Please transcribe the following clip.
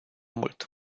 mult